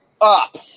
up